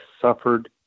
suffered